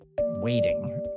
waiting